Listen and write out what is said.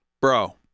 bro